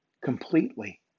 completely